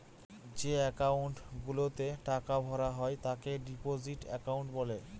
যে একাউন্ট গুলাতে টাকা ভরা হয় তাকে ডিপোজিট একাউন্ট বলে